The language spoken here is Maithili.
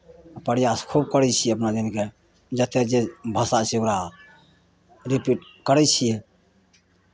प्रयास खूब करै छियै अपना जानि कऽ जतेक जे भाषा छै ओकरा रिपीट करै छियै